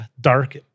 dark